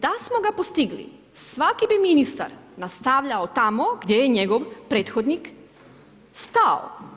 Da smo ga postigli svaki bi ministar nastavljao tamo gdje je njegov prethodnik stao.